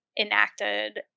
enacted